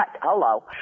hello